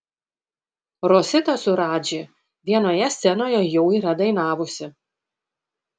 rosita su radži vienoje scenoje jau yra dainavusi